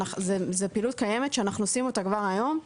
זה פעילות קיימת שאנחנו עושים אותה כבר היום.